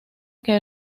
que